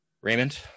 Raymond